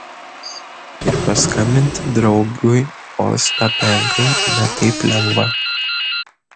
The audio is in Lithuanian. ir paskambinti draugui ostapenkai ne taip lengva